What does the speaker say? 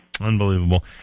Unbelievable